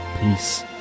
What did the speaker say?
Peace